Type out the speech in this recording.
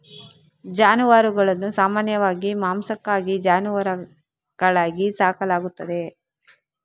ಜಾನುವಾರುಗಳನ್ನು ಸಾಮಾನ್ಯವಾಗಿ ಮಾಂಸಕ್ಕಾಗಿ ಜಾನುವಾರುಗಳಾಗಿ ಸಾಕಲಾಗುತ್ತದೆ